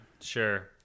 Sure